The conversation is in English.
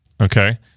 okay